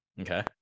Okay